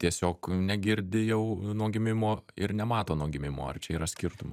tiesiog negirdi jau nuo gimimo ir nemato nuo gimimo ar čia yra skirtumas